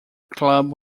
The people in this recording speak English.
club